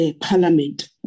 parliament